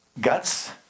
guts